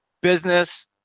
business